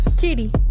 kitty